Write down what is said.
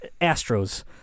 Astros